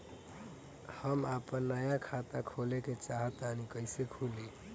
हम आपन नया खाता खोले के चाह तानि कइसे खुलि?